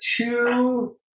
two